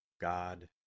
God